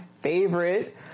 favorite